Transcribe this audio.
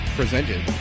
presented